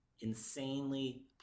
insanely